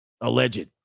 Alleged